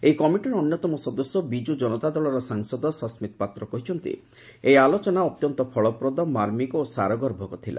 ଏହି କମିଟିର ଅନ୍ୟତମ ସଦସ୍ୟ ବିଜୁ ଜନତା ଦଳର ସାଂସଦ ସସ୍କିତ ପାତ୍ର କହିଛନ୍ତି ଏହି ଆଲୋଚନା ଅତ୍ୟନ୍ତ ଫଳପ୍ରଦ ମାର୍ମିକ ଓ ସାରଗର୍ଭକ ଥିଲା